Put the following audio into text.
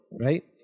Right